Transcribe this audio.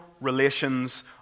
relations